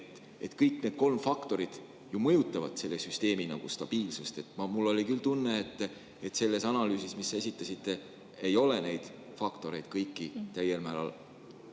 Kõik need kolm faktorit mõjutavad selle süsteemi stabiilsust. Mul oli küll tunne, et selles analüüsis, mis sa esitasid, ei ole neid faktoreid kõiki täiel määral